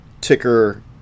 ticker